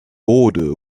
order